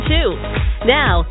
Now